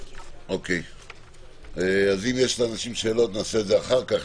אם יש לאנשים שאלות נעשה את זה אחר כך.